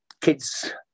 kids